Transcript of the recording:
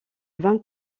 vingt